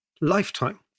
lifetime